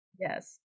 Yes